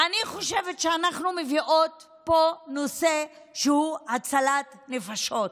אני חושבת שאנחנו מביאות פה נושא שהוא הצלת נפשות,